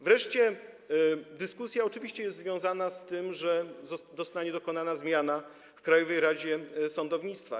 Wreszcie dyskusja oczywiście jest związana z tym, że zostanie dokonana zmiana w Krajowej Radzie Sądownictwa.